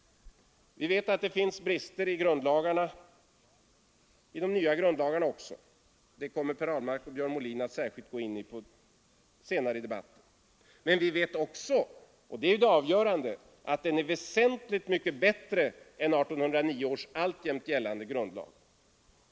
Vi vet att det finns brister i de nya grundlagarna också. Det kommer Per Ahlmark och Björn Molin att särskilt gå in på senare i debatten. Men vi vet också — och det är det avgörande — att de är väsentligt mycket bättre än 1809 års alltjämt gällande grundlag.